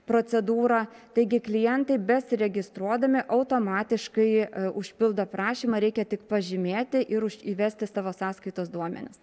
procedūrą taigi klientai besiregistruodami automatiškai užpildo prašymą reikia tik pažymėti ir įvesti savo sąskaitos duomenis